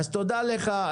תודה לך,